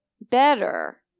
better